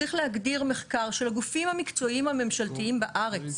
צריך להגדיר מחקר של הגופים המקצועיים הממשלתיים בארץ,